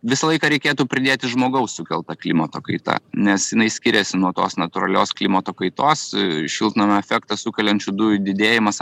visą laiką reikėtų pridėti žmogaus sukelta klimato kaita nes jinai skiriasi nuo tos natūralios klimato kaitos šiltnamio efektą sukeliančių dujų didėjimas